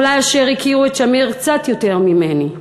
ואולי אשר הכירו את שמיר קצת יותר ממני.